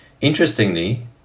Interestingly